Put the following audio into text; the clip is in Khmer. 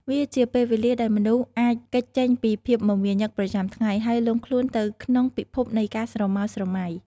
វាជាពេលវេលាដែលមនុស្សអាចគេចចេញពីភាពមមាញឹកប្រចាំថ្ងៃ ហើយលង់ខ្លួនទៅក្នុងពិភពនៃការស្រមើលស្រមៃ។